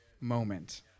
moment